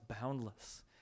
boundless